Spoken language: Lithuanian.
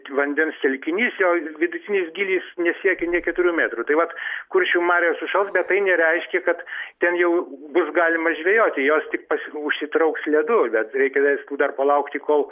vandens telkinys jo vidutinis gylis nesiekia nė keturių metrų tai vat kuršių marios užšals bet tai nereiškia kad ten jau bus galima žvejoti jos tik pasi užsitrauks ledu bet reikia aišku dar palaukti kol